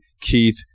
Keith